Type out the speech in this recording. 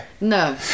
no